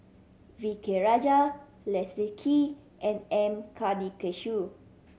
V K Rajah Leslie Kee and M Karthigesu